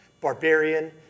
barbarian